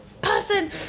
person